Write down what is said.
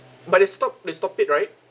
but it stopped they stopped it right